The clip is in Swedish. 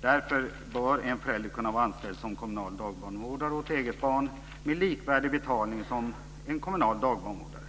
Därför bör en förälder kunna vara anställd som kommunal dagbarnvårdare åt eget barn med likvärdig betalning som en kommunal dagmamma erhåller.